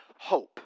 hope